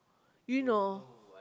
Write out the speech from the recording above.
you know